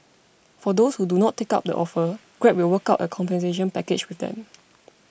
for those who do not take up the offer Grab will work out a compensation package with them